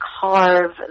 carve